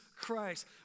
Christ